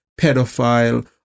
pedophile